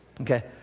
Okay